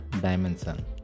dimension